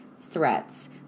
Threats